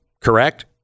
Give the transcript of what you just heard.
Correct